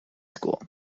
school